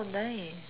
oh nice